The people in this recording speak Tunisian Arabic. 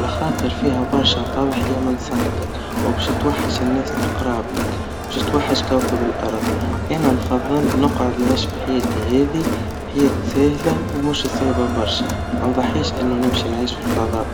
لخاطر فيها برشا تضحيا من صحتك, وبشتوحش الناس لقراب لك, وبشتوحش كوكب الأرض, إنا نفضل نقعد نعيش بحياتي هذي, حياة ساهلة ومش صعيبا برشا, منضحيش إنه نمشي نعيش بالفضاء.